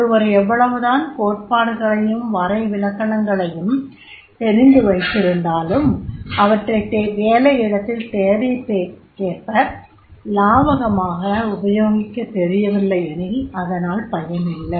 ஒருவர் எவ்வளவுதான் கோட்பாடுகளையும் வரைவிலக்கணங்களையும் தெரிந்து வைத்திருந்தாலும் அவற்றைத் வேலையிடத்தின் தேவைக்கேற்ப லாவகமாக உபயோகிக்கத் தெரியவில்லையெனில் அதனால் பயனில்லை